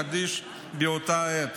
החדיש באותה עת.